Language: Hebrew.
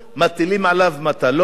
מטילים עליו מטלות